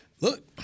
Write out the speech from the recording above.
look